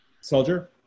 soldier